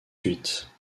suite